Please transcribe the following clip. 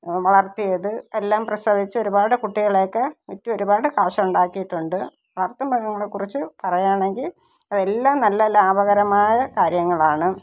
വളർത്തിയത് എല്ലാം പ്രസവിച്ച് ഒരുപാട് കുട്ടികളെയൊക്കെ വിറ്റ് ഒരുപാട് കാശുണ്ടാക്കിയിട്ടുണ്ട് വളര്ത്തുമൃഗങ്ങളെക്കുറിച്ച് പറയുകയാണെങ്കില് അത് എല്ലാം നല്ല ലാഭകരമായ കാര്യങ്ങളാണ്